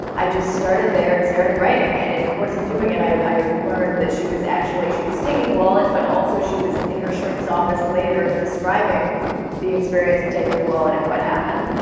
i just started there and started writing. and in the course of doing it, i learned that she was actually, she was taking the wallet, but also she was in her shrink's office later describing the experience of taking the wallet and what happened.